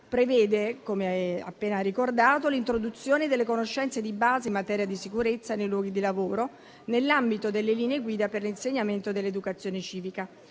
prevede, come appena ricordato, l'introduzione delle conoscenze di base in materia di sicurezza nei luoghi di lavoro nell'ambito delle linee guida per l'insegnamento dell'educazione civica;